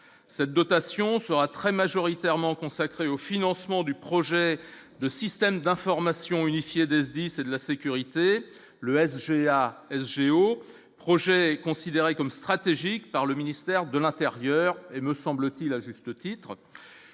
cette dotation sera très majoritairement consacré au financement du projet de système d'information unifié desdits c'est de la sécurité, le SGA SG au projet considéré comme stratégique par le ministère de l'Intérieur et me semble-t-il, à juste titre,